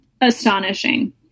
astonishing